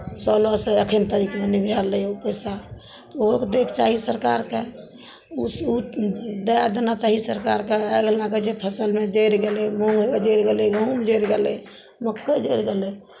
सोलहसँ एखन तलिकमे नहि आयल रहै ओ पैसा ओहो तऽ दैके चाही सरकारकेँ ऊ स् ऊ दए देना चाही सरकारकेँ एहि लऽ कऽ जे फसलमे जरि गेलै मूङ्ग जरि गेलै गहूम जरि गेलै मक्कइ जरि गेलै